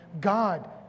God